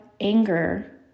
anger